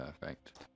Perfect